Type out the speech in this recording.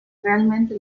realmente